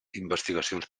investigacions